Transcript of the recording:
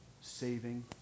saving